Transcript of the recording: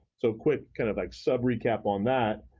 so quick kind of like sub recap on that,